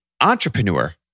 entrepreneur